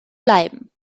bleiben